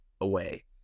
away